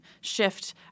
shift